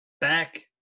back